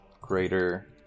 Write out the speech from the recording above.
greater